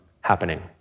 happening